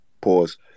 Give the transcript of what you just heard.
Pause